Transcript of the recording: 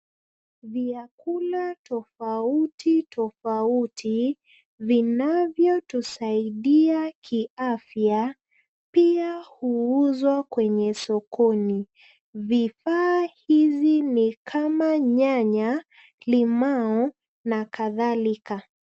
Vyakula tofauti tofauti vinavyotusaidia kiafya pia huuzwa kwenye sokoni. Vifaa hizi ni kama nyanya, limau na kadhalika.